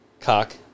Cock